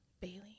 bailey